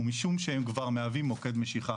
ומשום שהם כבר מהווים מוקד משיכה".